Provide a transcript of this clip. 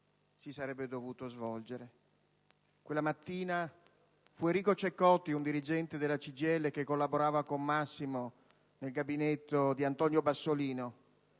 si sarebbe dovuto svolgere. Quella mattina fu Enrico Ceccotti, un dirigente della CGIL che collaborava con Massimo nel Gabinetto di Antonio Bassolino,